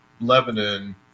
Lebanon